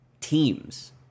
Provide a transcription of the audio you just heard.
Teams